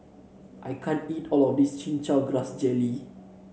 I can't eat all of this Chin Chow Grass Jelly